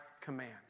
command